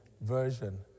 version